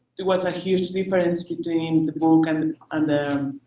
there was a huge difference between the book and and the